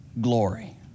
glory